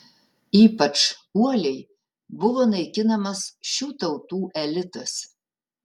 ypač uoliai buvo naikinamas šių tautų elitas